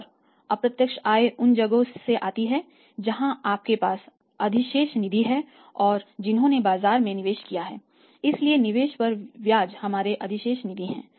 और अप्रत्यक्ष आय उन जगहों से आती है जहां आपके पास अधिशेष निधि है और जिन्होंने बाजार में निवेश किया है इसलिए निवेश पर ब्याज हमारे अधिशेष निधि हैं